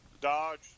dodge